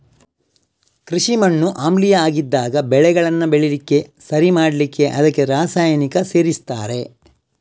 ಕೃಷಿ ಮಣ್ಣು ಆಮ್ಲೀಯ ಆಗಿದ್ದಾಗ ಬೆಳೆಗಳನ್ನ ಬೆಳೀಲಿಕ್ಕೆ ಸರಿ ಮಾಡ್ಲಿಕ್ಕೆ ಅದಕ್ಕೆ ರಾಸಾಯನಿಕ ಸೇರಿಸ್ತಾರೆ